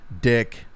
dick